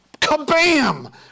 kabam